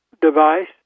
device